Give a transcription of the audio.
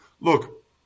Look